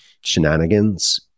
shenanigans